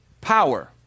power